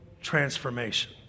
transformation